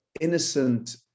innocent